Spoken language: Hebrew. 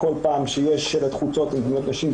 כל פעם שיש שלט חוצות עם דמויות נשים,